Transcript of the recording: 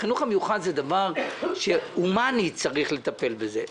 החינוך המיוחד זה דבר שהומנית צריך לטפל בזה.